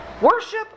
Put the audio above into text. Worship